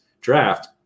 draft